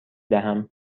دهم